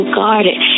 guarded